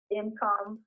income